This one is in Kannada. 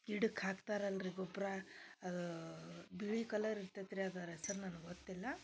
ಗಿಡಕ್ಕೆ ಹಾಕ್ತಾರಲ್ಲ ರೀ ಗೊಬ್ಬರ ಅದು ಬಿಳಿ ಕಲರ್ ಇರ್ತೈತೆ ರೀ ಅದರ ಹೆಸ್ರು ನನಗೆ ಗೊತ್ತಿಲ್ಲ